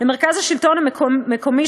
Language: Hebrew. למרכז השלטון המקומי,